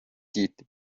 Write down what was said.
دید